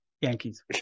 Yankees